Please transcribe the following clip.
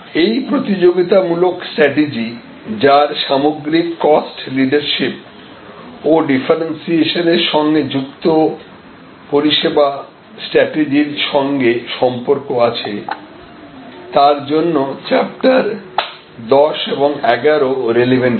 এই প্রতিযোগিতামূলক স্ট্রাটেজি যার সামগ্রিক কস্ট লিডারশিপ ও ডিফারেন্সিয়েশনের সঙ্গে যুক্ত পরিষেবা স্ট্রাটেজির সঙ্গে সম্পর্ক আছে তার জন্য চ্যাপ্টার 10 এবং 11 রেলেভেন্ট হবে